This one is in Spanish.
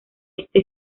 este